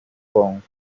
congo